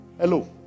Hello